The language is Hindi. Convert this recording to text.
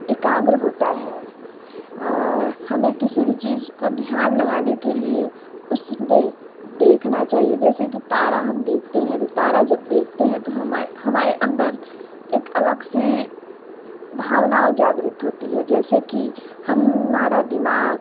एकाग्र होता है हमें किसी भी चीज को ध्यान लगाने के लिए उसमें देखना चाहिए जैसे कि तारा हम देखते हैं तो तारा जब देखते हैं तो हमारे अंदर एक अलग सी भावना उजागृत होती है जैसे कि हमारा दिमाग